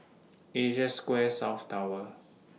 Asia Square South Tower